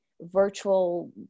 virtual